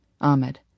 Ahmed